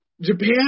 Japan